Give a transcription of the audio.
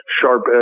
sharp